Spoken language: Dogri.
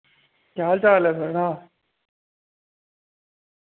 क्या हाल चाल ऐ थुआढ़ा